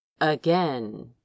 again